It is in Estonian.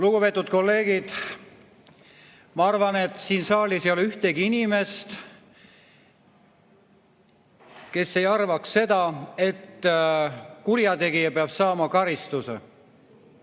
Lugupeetud kolleegid! Ma arvan, et siin saalis ei ole ühtegi inimest, kes ei arvaks seda, et kurjategija peab saama karistuse.